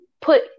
put